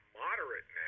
moderate